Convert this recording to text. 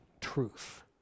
truth